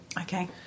Okay